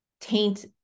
taint